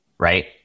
right